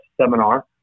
seminar